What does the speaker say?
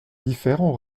différents